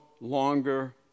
longer